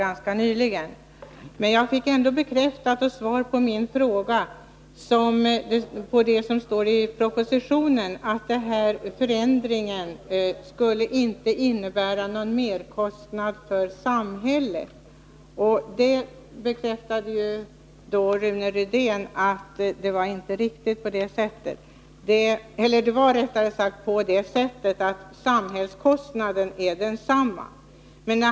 Men jag fick ändå svar på min fråga om det som står i propositionen, att förändringen inte skulle innebära någon merkostnad för samhället. Rune Rydén bekräftade att samhällskostnaden är densamma.